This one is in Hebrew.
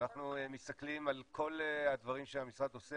אנחנו מסתכלים על כל הדברים שהמשרד עושה